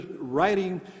writing